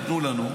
תנו לנו,